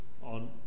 on